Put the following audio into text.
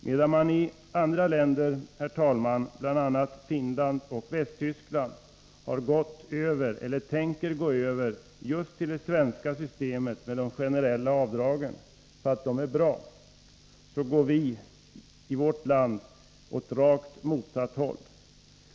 Medan man i andra länder, herr talman, bl.a. Finland och Västtyskland, har gått över eller tänker gå över till det svenska systemet med generella avdrag, därför att dessa är bra, så går vi i vårt land åt rakt motsatt håll.